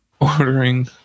ordering